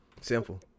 Simple